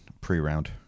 pre-round